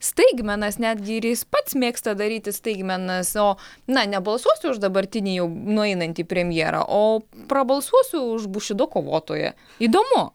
staigmenas netgi ir jis pats mėgsta daryti staigmenas o na nebalsuosiu už dabartinį jau nueinantį premjerą o prabalsuosiu už bušido kovotoją įdomu